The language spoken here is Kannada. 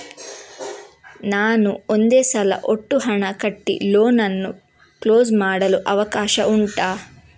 ನಾನು ಒಂದೇ ಸಲ ಒಟ್ಟು ಹಣ ಕಟ್ಟಿ ಲೋನ್ ಅನ್ನು ಕ್ಲೋಸ್ ಮಾಡಲು ಅವಕಾಶ ಉಂಟಾ